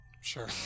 Sure